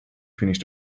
finish